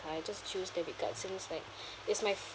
I just choose debit card since like it's my